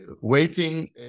waiting